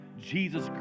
Jesus